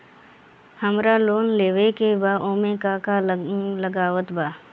हमरा लोन लेवे के बा ओमे का का लागत बा?